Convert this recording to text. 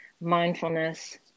mindfulness